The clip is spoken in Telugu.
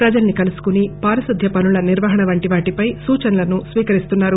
ప్రజలను కలుసుకుని పారిశుద్ధ్య పనుల నిర్వహణ వంటి వాటిపై సూచనలు స్పీకరిస్తున్నారు